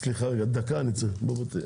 סליחה, אני צריך לצאת לרגע.